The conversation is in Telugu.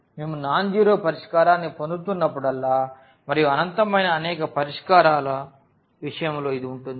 మేము నాన్ జీరో పరిష్కారాన్ని పొందుతున్నప్పుడల్లా మరియు అనంతమైన అనేక పరిష్కారాల విషయంలో ఇది ఉంటుంది